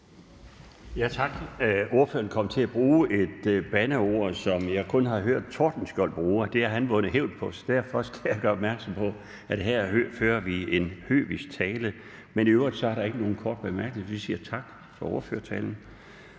Tak. Ordføreren kom til at bruge et bandeord, som jeg kun har hørt Tordenskiold bruge, og det har han vundet hævd på. Derfor skal jeg gøre opmærksom på, at her fører vi høvisk tale. Men i øvrigt er der ikke nogen korte bemærkninger, så jeg siger tak for ordførertalen,